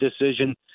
decision